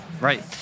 Right